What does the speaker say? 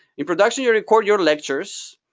in production you record your lectures,